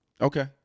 Okay